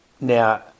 Now